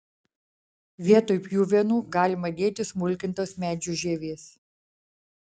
vietoj pjuvenų galima dėti smulkintos medžių žievės